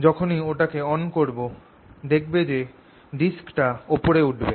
যখনি ওটাকে অন করব দেখবে যে ডিস্ক টা ওপরে উঠবে